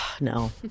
no